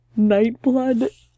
Nightblood